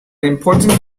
important